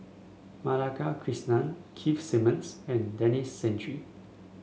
Madhavi Krishnan Keith Simmons and Denis Santry